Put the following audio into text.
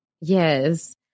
Yes